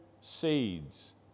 seeds